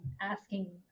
asking